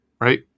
right